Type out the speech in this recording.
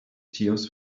tears